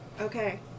Okay